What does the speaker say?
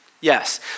Yes